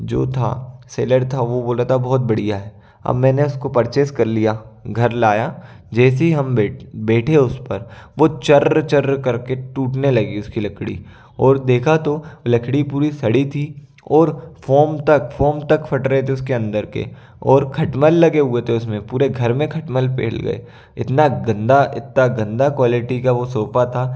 जो था सेलर था वह बोला था बहुत बढ़िया है अब मैंने उसको परचेस कर लिया घर लाया जैसे ही हम बैठे उस पर वह चर्र चर्र करके टूटने लगी उसकी लकड़ी और देखा तो लकड़ी पूरी सड़ी थी और फ़ोम तक फ़ोम तक फट रहे थे उसके अंदर के और खटमल लगे हुए थे उसमें पूरे घर में खटमल फैल गए इतना गंदा इतना गंदा क्वालिटी का वह सोफ़ा था